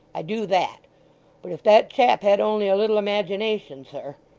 i do that but if that chap had only a little imagination, sir